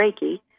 Reiki